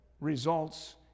results